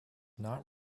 not